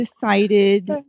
decided